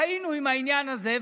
חיינו עם העניין הזה,